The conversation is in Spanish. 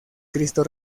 cristo